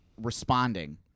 responding